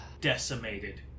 decimated